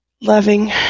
loving